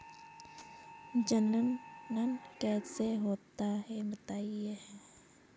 जनन कैसे होता है बताएँ?